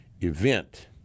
event